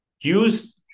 use